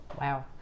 Wow